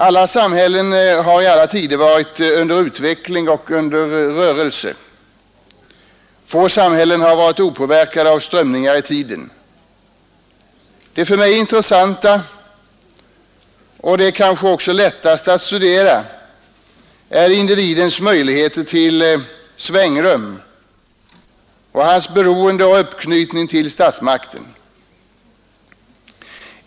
Alla samhällen har i alla tider varit under utveckling och rörelse. Få samhällen har varit opåverkade av strömningar i tiden. Det för mig mest intressanta och det som kanske också är lättast att studera är individens möjligheter till svängrum och hans beroende av och uppknytning till statsmakten.